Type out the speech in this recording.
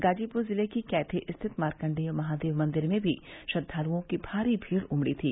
गाजीपुर जिले की कैथी स्थित मारकडेय महादेव मंदिर में भी श्रद्वालुओं की भारी भीड़ उमड़ी थी